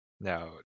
Now